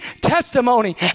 testimony